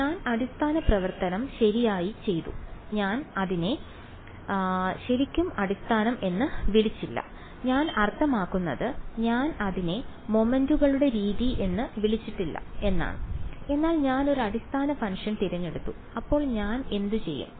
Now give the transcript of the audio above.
ഞാൻ അടിസ്ഥാന പ്രവർത്തനം ശരിയായി ചെയ്തു ഞാൻ അതിനെ ശരിക്കും അടിസ്ഥാനം എന്ന് വിളിച്ചില്ല ഞാൻ അർത്ഥമാക്കുന്നത് ഞാൻ അതിനെ മൊമെന്റുകളുടെ രീതി എന്ന് വിളിച്ചിട്ടില്ല എന്നാണ് എന്നാൽ ഞാൻ ഒരു അടിസ്ഥാന ഫംഗ്ഷൻ തിരഞ്ഞെടുത്തു അപ്പോൾ ഞാൻ എന്തുചെയ്യും